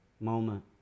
moment